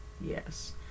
Yes